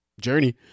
journey